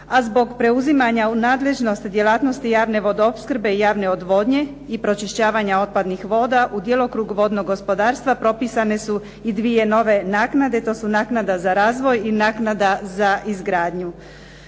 a zbog preuzimanja u nadležnost djelatnosti javne vodoopskrbe i javne odvodnje i pročišćavanja otpadnih voda u djelokrug vodnog gospodarstva propisane su i dvije nove naknade. To su naknada za razvoj i naknada za izgradnju.